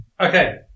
Okay